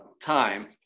time